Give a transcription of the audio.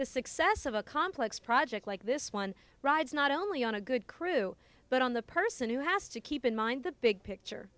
the success of a complex project like this one rides not only on a good crew but on the person who has to keep in mind the big picture